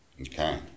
Okay